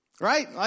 Right